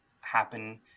happen